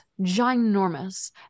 ginormous